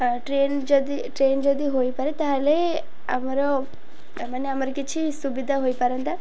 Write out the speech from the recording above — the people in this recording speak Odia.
ଆ ଟ୍ରେନ୍ ଯଦି ଟ୍ରେନ୍ ଯଦି ହୋଇପାରେ ତା'ହେଲେ ଆମର ମାନେ ଆମର କିଛି ସୁବିଧା ହୋଇପାରନ୍ତା